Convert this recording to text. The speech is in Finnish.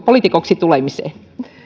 poliitikoksi tulemiseen